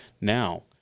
Now